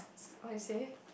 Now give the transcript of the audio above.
what you say